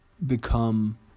become